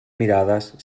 mirades